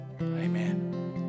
Amen